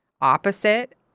opposite